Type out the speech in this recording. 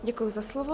Děkuji za slovo.